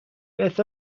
beth